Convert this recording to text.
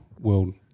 world